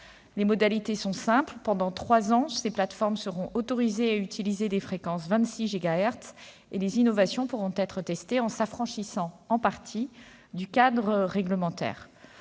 Les modalités sont simples : pendant trois ans, ces plateformes seront autorisées à utiliser des fréquences 26 gigahertz, et les innovations pourront être testées en s'affranchissant en partie du cadre réglementaire.